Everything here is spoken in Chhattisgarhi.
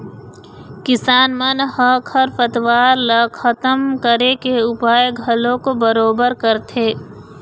किसान मन ह खरपतवार ल खतम करे के उपाय घलोक बरोबर करथे